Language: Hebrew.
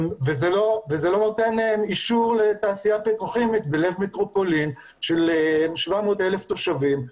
זה לא נותן אישור לתעשייה פטרוכימית בלב מטרופולין של 700,000 תושבים.